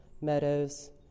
meadows